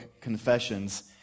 Confessions